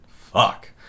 fuck